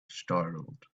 startled